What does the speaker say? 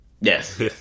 yes